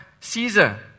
Caesar